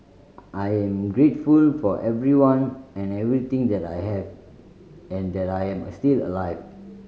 I am grateful for everyone and everything that I have and that I am still alive